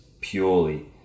purely